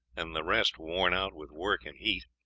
and the rest worn out with work and heat.